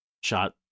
shot